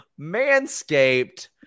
manscaped